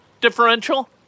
differential